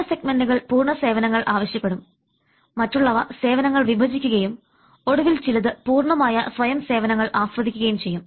ചില സെഗ്മെന്റുകൾ പൂർണ്ണ സേവനങ്ങൾ ആവശ്യപ്പെടും മറ്റുള്ളവ സേവനങ്ങൾ വിഭജിക്കുകയും ഒടുവിൽ ചിലത് പൂർണമായ സ്വയം സേവനങ്ങൾ ആസ്വദിക്കുകയും ചെയ്യും